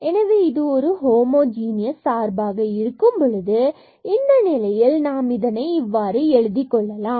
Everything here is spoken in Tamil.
எனவே இது ஒரு ஹோமோஜுனியஸ் சார்பாக இருக்கும் பொழுது இந்த நிலையில் இதனை நாம் இவ்வாறு எழுதிக் கொள்ளலாம்